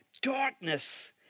darkness